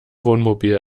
wohnmobil